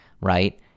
right